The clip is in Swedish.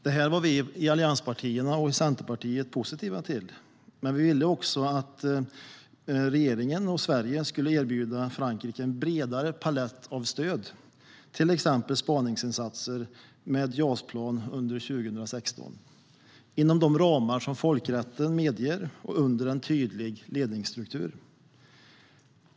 Det var vi i allianspartierna och i Centerpartiet positiva till. Men vi ville också att regeringen och Sverige skulle erbjuda Frankrike en bredare palett av stöd, till exempel spaningsinsatser med ett JAS-plan under 2016, inom de ramar som folkrätten medger och under en tydlig ledningsstruktur.